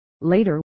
later